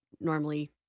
normally